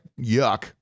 yuck